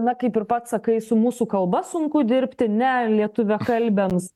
na kaip ir pats sakai su mūsų kalba sunku dirbti nelietuviakalbiams